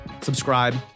subscribe